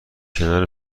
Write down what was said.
کنار